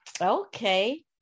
Okay